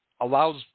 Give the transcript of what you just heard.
allows